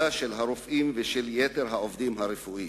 של הרופאים ושל יתר העובדים הרפואיים.